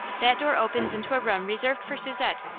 that door opens into a room reserved for susette,